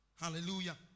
Hallelujah